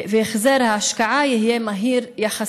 והחזר ההשקעה יהיה מהיר יחסית,